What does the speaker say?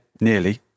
nearly